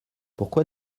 pourquoi